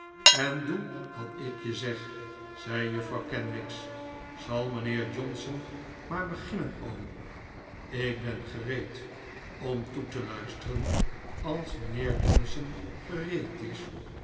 en doe wat ik je zeg zei juffrouw kenwigs zal mijnheer johnson maar beginnen oom ik ben gereed om toe te luisteren als mijnheer johnson gereed is